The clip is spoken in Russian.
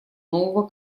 нового